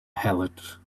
heelot